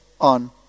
on